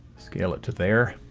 scale it to there